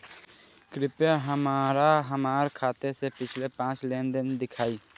कृपया हमरा हमार खाते से पिछले पांच लेन देन दिखाइ